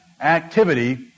activity